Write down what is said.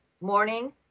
morning